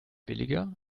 billiger